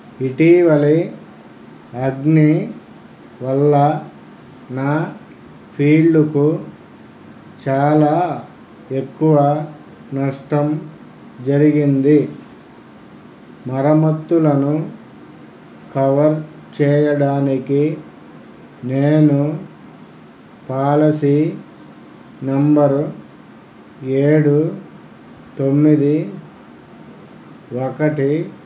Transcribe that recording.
ఇటీవల అగ్ని వల్ల నా ఫీల్డుకు చాలా ఎక్కువ నష్టం జరిగింది మరమ్మత్తులను కవర్ చేయడానికి నేను పాలసీ నెంబరు ఏడు తొమ్మిది ఒకటి